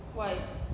why